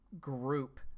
group